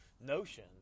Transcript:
notion